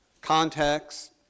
context